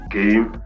game